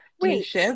Wait